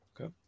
Okay